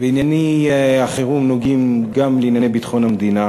וענייני החירום נוגעים גם בענייני ביטחון המדינה,